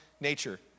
nature